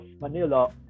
Manila